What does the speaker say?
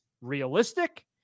realistic